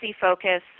focus